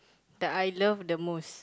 that I love the most